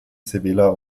sevilla